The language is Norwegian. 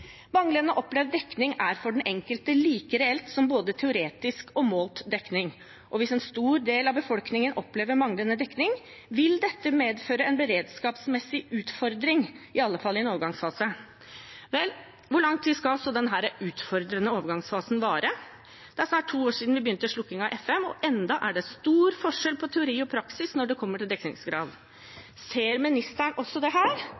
opplevd dekning er for den enkelte like reelt som både teoretisk og målt dekning, og hvis en stor del av befolkningen opplever manglende dekning, vil dette kunne medføre en beredskapsmessig utfordring, i alle fall i en overgangsfase.» Hvor lang tid skal så denne utfordrende overgangsfasen vare? Det er snart to år siden vi begynte slukkingen av FM, og ennå er det stor forskjell på teori og praksis når det gjelder dekningsgrad. Ser ministeren også